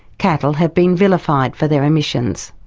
cattle have been vilified for their emissions,